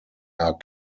are